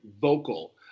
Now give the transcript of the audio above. vocal